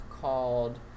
called